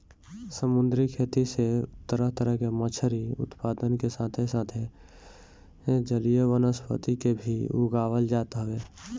समुंदरी खेती से तरह तरह के मछरी उत्पादन के साथे साथ जलीय वनस्पति के भी उगावल जात हवे